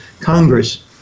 Congress